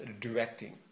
directing